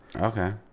Okay